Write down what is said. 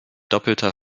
doppelter